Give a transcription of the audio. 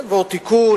יעבור תיקון.